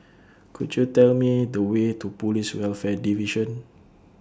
Could YOU Tell Me The Way to Police Welfare Division